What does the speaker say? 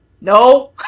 No